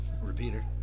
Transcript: Repeater